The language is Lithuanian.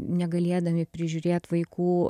negalėdami prižiūrėt vaikų